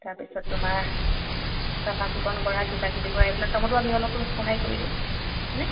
তাৰপিছত তোমাৰ চাফা চিকুণ কৰা কিবা কিবি কৰা এইবিলাক কামতো আমি অলপ অলপ সহায় কৰি দিম নে